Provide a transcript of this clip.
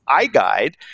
iGUIDE